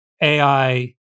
AI